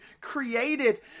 created